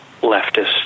leftist